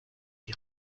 die